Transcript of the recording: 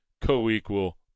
co-equal